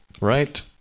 Right